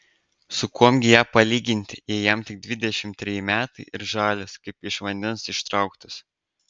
su kuom gi ją palyginti jei jam tik dvidešimt treji metai ir žalias kaip iš vandens ištrauktas